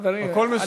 הכול מסודר.